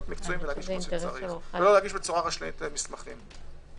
לא להגיש בצורה רשלנית מסמכים.